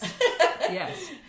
Yes